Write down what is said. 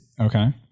Okay